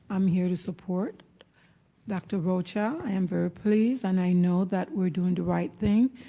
i'm here to support dr. rocha. i am very pleased and i know that we're doing the right thing.